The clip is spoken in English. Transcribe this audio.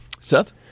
Seth